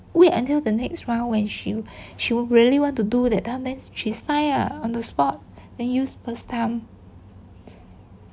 wait until the next round when she she would really want to do that time then she sign uh on the spot then use first time